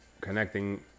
connecting